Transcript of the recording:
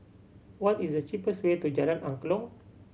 what is the cheapest way to Jalan Angklong